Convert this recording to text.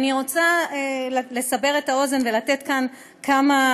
אני רוצה לסבר את האוזן ולהציג כאן כמה